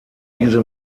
diese